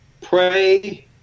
pray